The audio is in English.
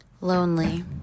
lonely